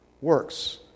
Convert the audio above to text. Works